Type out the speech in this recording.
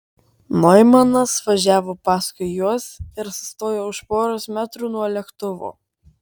noimanas važiavo paskui juos ir sustojo už poros metrų nuo lėktuvo